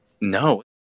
No